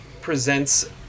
presents